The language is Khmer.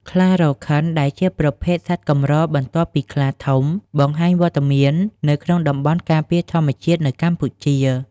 ខ្លារខិនដែលជាប្រភេទសត្វកម្របន្ទាប់ពីខ្លាធំ បង្ហាញវត្តមាននៅក្នុងតំបន់ការពារធម្មជាតិនៅកម្ពុជា។